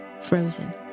frozen